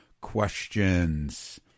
questions